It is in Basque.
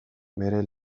bere